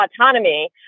autonomy